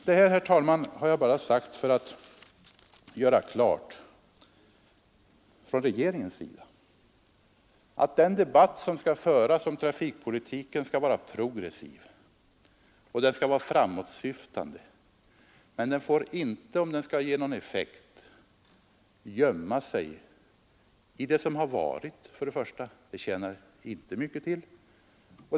Detta, herr talman, har jag bara sagt för att göra klart från regeringens sida att den debatt som skall föras om trafikpolitiken skall vara framåtsyftande. Men den får inte, om den skall ge någon effekt, förlora sig i det som har varit.